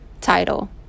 title